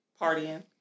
partying